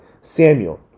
Samuel